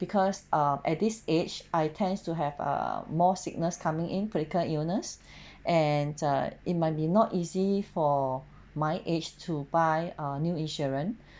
because ah at this age I tends to have uh more sickness coming in critical illness and err it might be not easy for my age to buy ah new insurance